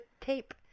tape